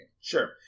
Sure